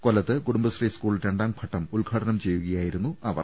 കൊല്ലത്ത് കുടുംബശ്രീ സ്കൂൾ രണ്ടാം ഘട്ടം ഉദ്ഘാടനം ചെയ്യുകയായിരുന്നു അവർ